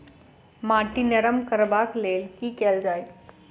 माटि नरम करबाक लेल की केल जाय?